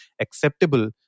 acceptable